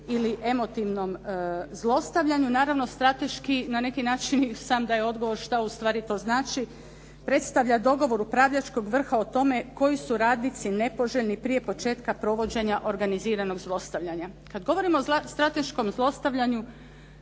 ili emotivnom zlostavljanju. Naravno, strateški na neki način i sam daje odgovor što ustvari to znači, predstavlja dogovor upravljačkog vrha o tome koji su radnici nepoželjni prije početka provođenja organiziranog zlostavljanja. Kad govorimo o strateškom zlostavljanju,